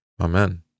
Amen